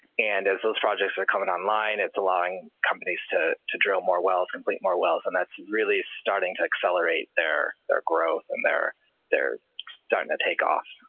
and as those projects are coming online, it's allowing companies to to drill more wells, complete more wells. and that's really starting to accelerate their growth, and they're they're starting to take off.